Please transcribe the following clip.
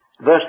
Verse